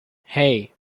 hey